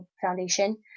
foundation